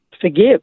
forgive